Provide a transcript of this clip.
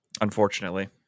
Unfortunately